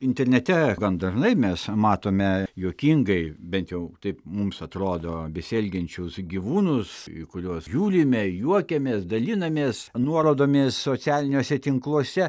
internete gan dažnai mes matome juokingai bent jau taip mums atrodo besielgiančius gyvūnus kuriuos žiūrime juokiamės dalinamės nuorodomis socialiniuose tinkluose